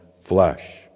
flesh